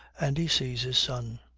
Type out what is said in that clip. and he sees his son.